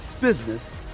business